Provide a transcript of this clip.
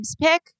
pick